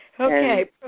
Okay